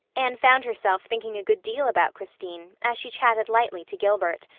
anne found herself thinking a good deal about christine as she chatted lightly to gilbert.